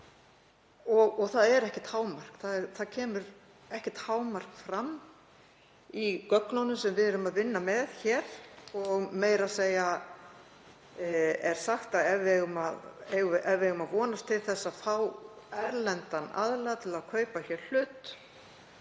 og það er ekkert hámark. Það kemur ekkert hámark fram í gögnunum sem við erum að vinna með hér. Meira að segja er sagt að ef við eigum að vonast til að fá erlendan aðila til að kaupa hlut,